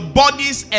bodies